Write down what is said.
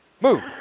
Move